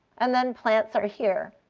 and then plants are here.